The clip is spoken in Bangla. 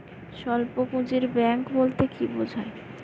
স্বল্প পুঁজির ব্যাঙ্ক বলতে কি বোঝায়?